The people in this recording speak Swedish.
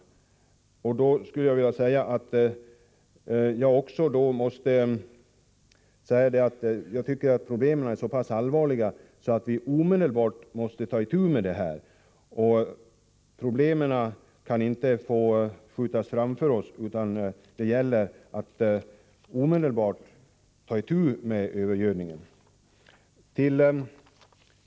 Jag tycker att problemen är så pass allvarliga att vi omedelbart måste ta itu med detta. Problemen kan inte skjutas framför oss, utan det gäller att omedelbart ta itu med övergödningen.